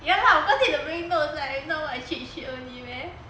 ya lah of course need to bring notes right if not what cheat sheet only meh